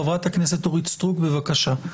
חברת הכנסת אורית סטרוק, בבקשה.